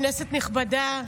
כנסת נכבדה,